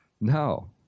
No